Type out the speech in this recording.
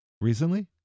Recently